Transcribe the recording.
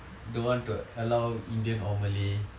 don't want to allow indian or malay